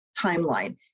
timeline